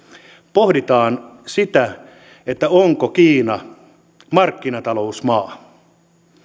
pohditaan sitä onko kiina markkinatalousmaa